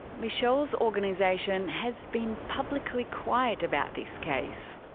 michelle's organisation has been publicly quiet about this case,